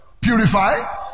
purify